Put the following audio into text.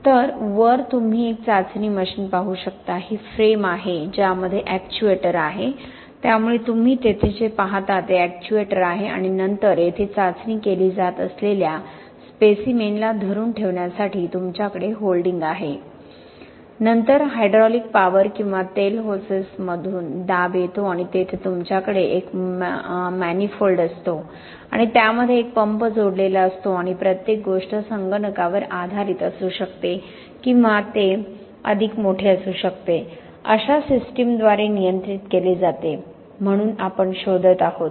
तर वर तुम्ही एक चाचणी मशीन पाहू शकता ही फ्रेम आहे ज्यामध्ये एक्च्युएटर आहे त्यामुळे तुम्ही तेथे जे पाहता ते एक्च्युएटरआहे आणि नंतर येथे चाचणी केली जात असलेल्या स्पेसिमेनलाधरून ठेवण्यासाठी तुमच्याकडे होल्डिंग आहे नंतर हायड्रोलिक पॉवर किंवा तेल होसेसमधून दाब येतो आणि तेथे तुमच्याकडे एक मॅनिफोल्ड असतो आणि त्यामध्ये एक पंप जोडलेला असतो आणि प्रत्येक गोष्ट संगणकावर आधारित असू शकते किंवा ते अधिक मोठे असू शकते अशा सिस्टमद्वारे नियंत्रित केले जाते म्हणून आपण शोधत आहोत